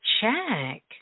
check